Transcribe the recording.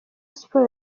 sports